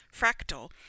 fractal